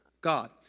God